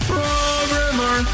Programmer